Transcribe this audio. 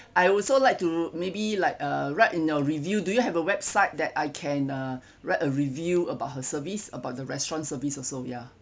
I also like to maybe like uh write in your review do you have a website that I can uh write a review about her service about the restaurant's service also ya